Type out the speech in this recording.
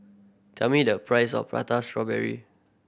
tell me the price of Prata Strawberry